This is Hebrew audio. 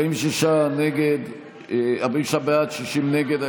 46 בעד, 60 נגד.